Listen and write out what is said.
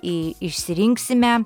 į išsirinksime